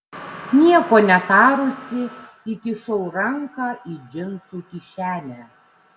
nieko netarusi įkišau ranką į džinsų kišenę